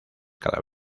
cada